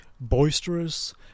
boisterous